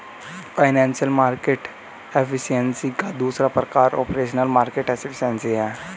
financial market efficiency का दूसरा प्रकार ऑपरेशनल मार्केट एफिशिएंसी है